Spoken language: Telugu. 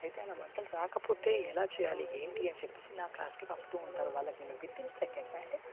అయితే అలా వంటలు రాకపోతే ఎలా చేయాలి ఏంటి అని చెప్పి నా క్లాస్కి పంపుతు ఉంటారు వాళ్ళకి నేను వితిన్ సెకండ్స్లో